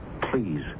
Please